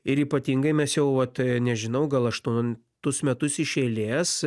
ir ypatingai mes jau vat nežinau gal aštuntus metus iš eilės